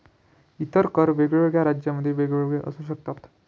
इतर कर वेगवेगळ्या राज्यांमध्ये वेगवेगळे असू शकतात